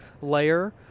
layer